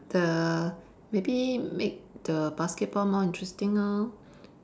the maybe make the basketball more interesting lor